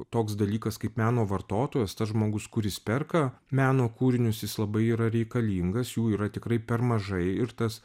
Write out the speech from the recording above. toks dalykas kaip meno vartotojas tas žmogus kuris perka meno kūrinius jis labai yra reikalingas jų yra tikrai per mažai ir tas